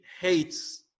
hates